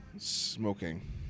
Smoking